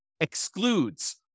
excludes